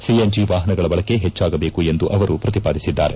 CNG ವಾಹನಗಳ ಬಳಕೆ ಹುಡ್ಡಾಗಬೇಕು ಎಂದು ಅವರು ಪ್ರತಿಪಾದಿಸಿದ್ದಾರೆ